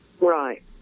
right